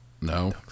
No